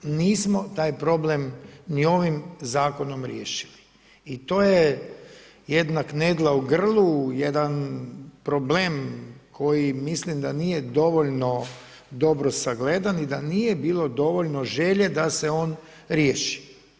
Nismo taj problem ni ovim Zakonom riješili, i to je jedna knedla u grlu, jedan problem koji mislim da nije dovoljno dobro sagledan, i da nije bilo dovoljno želje da se on riješi.